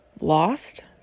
lost